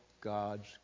God's